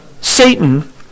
satan